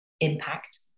impact